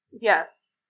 Yes